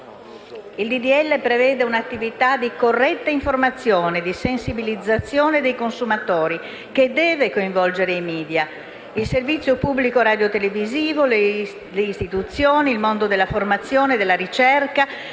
legge prevede un'attività di corretta informazione e sensibilizzazione dei consumatori, che deve coinvolgere i *media*, il servizio pubblico radiotelevisivo, le istituzioni, il mondo della formazione e della ricerca,